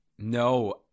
No